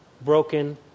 broken